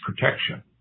protection